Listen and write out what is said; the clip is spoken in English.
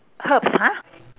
herbs !huh!